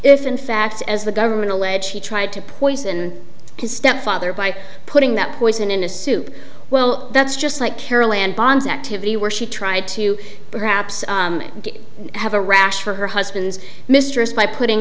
in fact as the government alleges he tried to poison his stepfather by putting that poison in a soup well that's just like carolan bonds activity where she tried to perhaps have a rash for her husband's mistress by putting